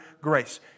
grace